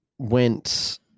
Went